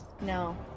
No